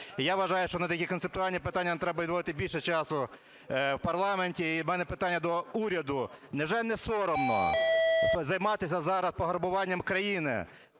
я вважаю, що на такі концептуальні питання нам треба відводити більше часу в парламенті. І в мене питання до уряду. Невже не соромно займатися зараз пограбуванням країни